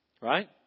Right